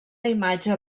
imatge